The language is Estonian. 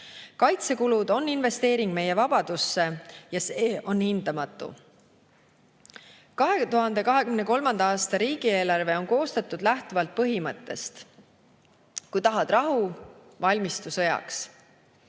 Kaitsekulud on investeering meie vabadusse ja see on hindamatu. 2023. aasta riigieelarve on koostatud lähtuvalt põhimõttest: kui tahad rahu, valmistu sõjaks.